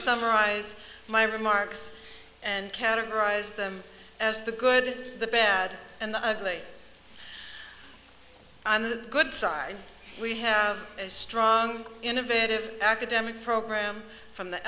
summarize my remarks and categorize them as the good the bad and the ugly and the good side we have a strong innovative academic program from the